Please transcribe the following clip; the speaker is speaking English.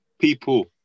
People